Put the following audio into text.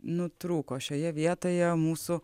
nutrūko šioje vietoje mūsų